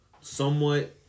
somewhat